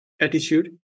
attitude